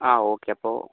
ആ ഓക്കെ അപ്പോൾ